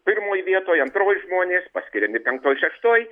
pirmoj vietoj antroj žmonės paskiriami penktoj šeštoj